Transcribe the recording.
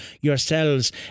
yourselves